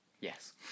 Yes